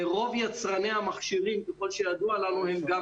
רוב יצרני המכשירים ככל שידוע לנו הם גם